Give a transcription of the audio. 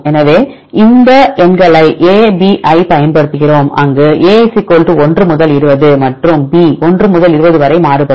எனவே இந்த எண்களை a b ஐப் பயன்படுத்துகிறோம் அங்கு a 1 முதல் 20 மற்றும் b 1 முதல் 20 வரை மாறுபடும்